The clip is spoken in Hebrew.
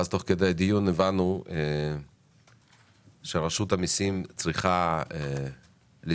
תוך כדי הדיון הבנו שרשות המסים צריכה להסתכל